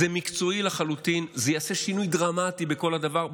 זה מקצועי לחלוטין, זה יעשה שינוי דרמטי בכל הדבר.